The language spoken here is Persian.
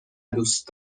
دوست